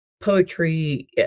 poetry